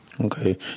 okay